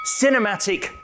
cinematic